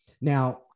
now